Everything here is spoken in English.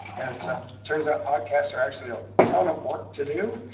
ah turns out podcasts are actually a ton of work to do,